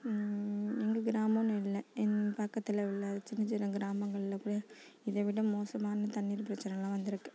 எங்கள் கிராமன்னு இல்லை எங்க பக்கத்தில் உள்ள சின்ன சின்ன கிராமங்களில் கூட இதை விட மோசமான தண்ணீர் பிரச்சனைலாம் வந்திருக்கு